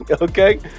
okay